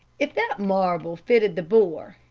if that marble fitted the bore,